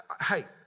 hey